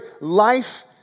life